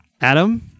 Adam